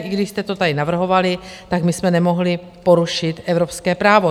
I když jste to tady navrhovali, my jsme nemohli porušit evropské právo.